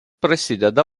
prasideda